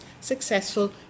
successful